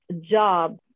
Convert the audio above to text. job